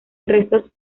restos